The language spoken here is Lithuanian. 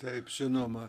taip žinoma